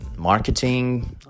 Marketing